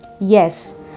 yes